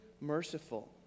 merciful